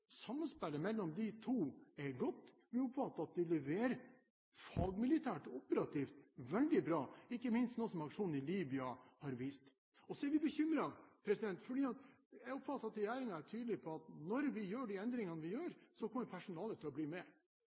samspillet mellom Ørland og Bodø er godt, vi oppfatter at de leverer fagmilitært og operativt veldig bra, ikke minst noe aksjonen i Libya har vist. Så er vi bekymret fordi jeg oppfatter at regjeringen er tydelig på at når vi gjør de endringene vi gjør, kommer personalet til å bli med.